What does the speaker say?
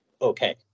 okay